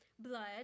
blood